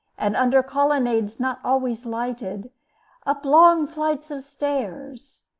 and under colonnades not always lighted up long flights of stairs,